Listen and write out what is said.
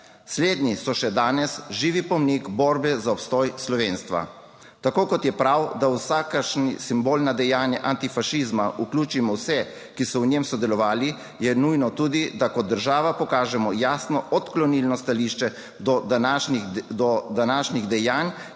Slednji so še danes živi pomnik borbe za obstoj slovenstva. Tako kot je prav, da v vsakršni simbolna dejanja antifašizma vključimo vse, ki so v njem sodelovali, je nujno tudi, da kot država pokažemo jasno odklonilno stališče do današnjih dejanj,